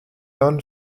non